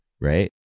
right